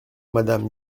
madame